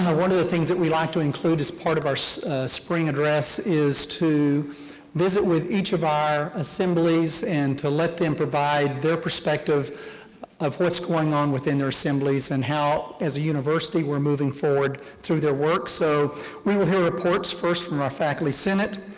one of the things that we like to include as part of our spring address is to visit with each of our assemblies and to let them provide their perspective of what's going on within their assemblies and how, as a university, we're moving forward through their work. so we will hear reports first from our faculty senate,